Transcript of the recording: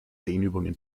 dehnübungen